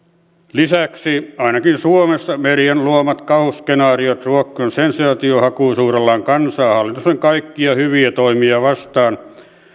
lisäksi ainakin suomessa median luomat kauhuskenaariot ruokkivat sensaatiohakuisuudellaan kansaa hallituksen kaikkia hyviä toimia vastaan